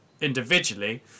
individually